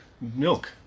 Milk